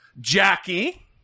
Jackie